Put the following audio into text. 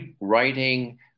writing